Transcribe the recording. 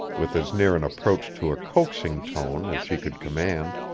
with as near an approach to a coaxing tone as she could command.